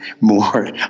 more